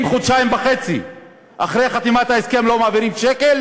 אם חודשיים וחצי אחרי חתימת ההסכם לא מעבירים שקל?